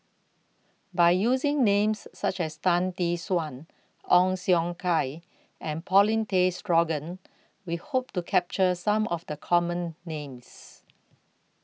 By using Names such as Tan Tee Suan Ong Siong Kai and Paulin Tay Straughan We Hope to capture Some of The Common Names